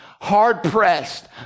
Hard-pressed